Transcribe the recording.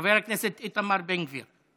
חבר הכנסת איתמר בן גביר.